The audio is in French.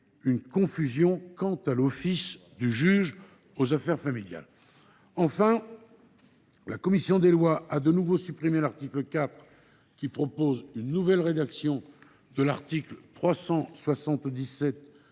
une confusion quant à l’office du juge aux affaires familiales. Enfin, la commission des lois a de nouveau supprimé l’article 4, qui propose une nouvelle rédaction de l’article 377